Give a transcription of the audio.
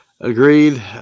agreed